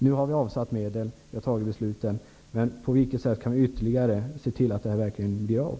Nu har vi avsatt medel och beslut har fattats. Men på vilket annat sätt kan vi se till att det som beslutats verkligen blir av?